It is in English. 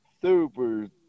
super